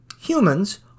humans